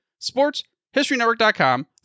sportshistorynetwork.com